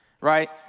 right